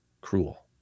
cruel